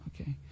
Okay